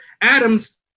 Adam's